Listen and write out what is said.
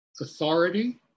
authority